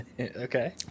okay